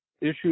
issue